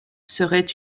serait